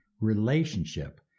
relationship